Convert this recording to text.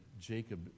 Jacob